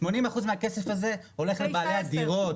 הולך לבעלי הדירות.